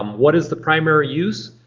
um what is the primary use?